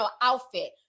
outfit